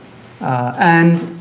and